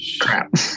crap